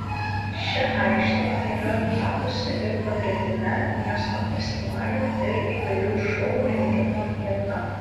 ši aikštė yra tapusi ir pagrindine miesto festivalių ir įvairių šou rengimo vieta